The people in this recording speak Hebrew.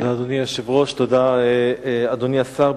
תודה, אדוני היושב-ראש, תודה, אדוני השר.